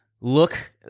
look